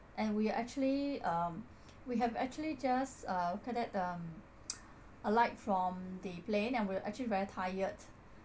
and we are actually um we have actually just uh alight from the plane and we're actually very tired